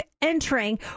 entering